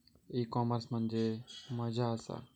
E commerce म्हणजे मझ्या आसा?